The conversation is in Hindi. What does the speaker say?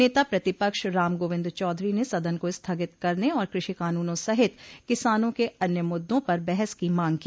नेता प्रतिपक्ष राम गोविंद चौधरी ने सदन को स्थगित करने आर कृषि कानूनों सहित किसानों के अन्य मुद्दों पर बहस की मांग की